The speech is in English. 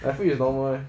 I feel it's normal leh